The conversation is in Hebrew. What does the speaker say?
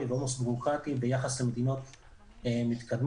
ועומס בירוקרטי ביחס למדינות מתקדמות,